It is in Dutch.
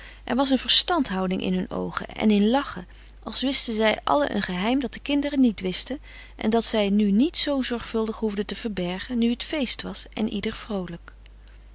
er was een verstandhouding in hun oogen en in lachen als wisten zij allen een geheim dat de kinderen niet wisten en dat zij nu niet zoo zorgvuldig hoefden te verbergen nu het feest was en ieder vroolijk